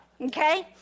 Okay